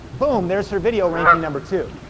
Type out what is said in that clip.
boom, there's her video ranking number two.